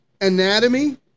Anatomy